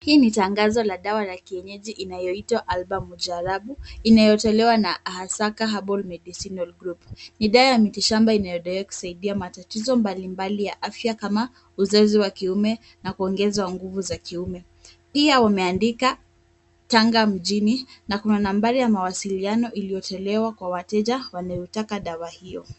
Hii ni tangazo la dawa ya kienyeji inayoitwa Albamujarabu inayotolewa na Asaka Herbal Medicinal Group. Ni dawa ya miti shamba inayodaiwa kusaidia matatizo mbalimbali ya afya kama, uzazi wa kiume, na kuongezwa nguvu za kiume; pia wameandika, Tanga mjini, na kuna nambari ya mawasiliano iliyotolewa kwa wateja wanayoitaka dawa hio.